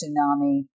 tsunami